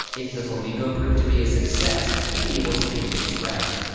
if the flamingo proved to be a success, he'd be able to make things right.